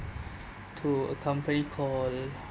to a company called